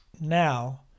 Now